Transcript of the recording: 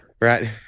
Right